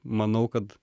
manau kad